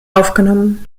aufgenommen